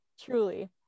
Truly